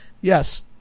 yes